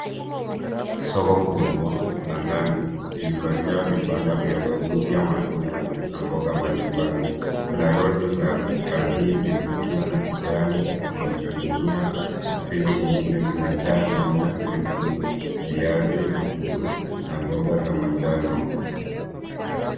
Soko kubwa la ndani lililojaa vibanda vya kuuzia matunda na mboga mbalimbali. Kuna rodi za- la ndizi likiwa na kijani kilichoning'inia na stendi nyingine zimejaa nyanya nyekundu, viazi, vitunguu na mboga za majani.